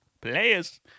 Players